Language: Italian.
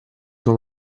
con